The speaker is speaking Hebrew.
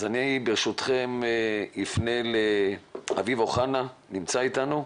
אני ברשותכם אפנה לאביב אוחנה שנמצא איתנו בזום.